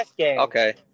Okay